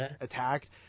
attacked